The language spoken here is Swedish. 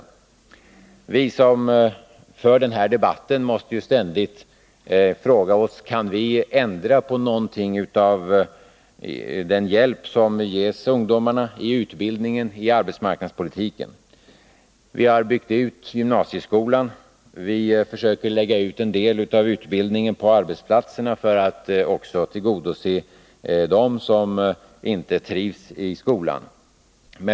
Men vi som för den här debatten måste ständigt fråga oss: Kan vi ändra på någonting av den hjälp som ges ungdomarna i utbildningen och i arbetsmarknadspolitiken? Vi har byggt ut gymnasieskolan, och vi försöker lägga ut en del av utbildningen på arbetsplatserna för att också tillgodose dem som inte trivs i skolan.